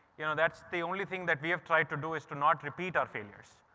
you know, that's the only thing that we have tried to do is to not repeat our failures.